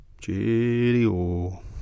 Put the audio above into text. Cheerio